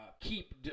keep